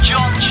John